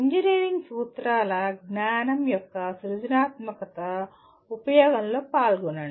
engineering సూత్రాల జ్ఞానం యొక్క సృజనాత్మక ఉపయోగంలో పాల్గొనండి